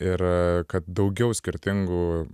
ir kad daugiau skirtingų